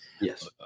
Yes